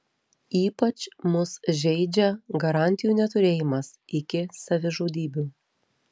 ypač mus žeidžia garantijų neturėjimas iki savižudybių